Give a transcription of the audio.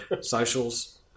Socials